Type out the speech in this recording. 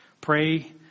Pray